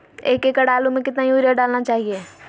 एक एकड़ आलु में कितना युरिया डालना चाहिए?